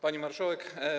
Pani Marszałek!